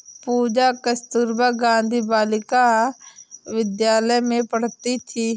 पूजा कस्तूरबा गांधी बालिका विद्यालय में पढ़ती थी